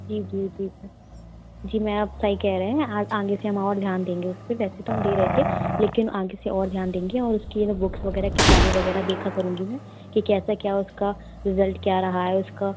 जी जी जी जी मैं आप सही कह रहे हैं आगे से हम और ध्यान देंगे उस पे ऐसे तो हम दे रहे थे लेकिन आगे से और ध्यान देंगे और उसके लिए बुक वग़ैरह किताबें वग़ैरह देखा करूँगी मैं कि कैसे क्या उसका रिज़ल्ट क्या रहा है उसका